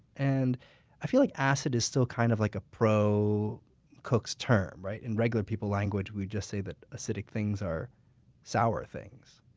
and i feel like acid is still kind of like a pro cook's term. in regular people language, we just say that acidic things are sour things.